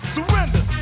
Surrender